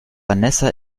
vanessa